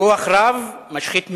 כוח רב משחית מאוד.